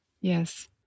Yes